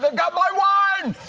but got my wine!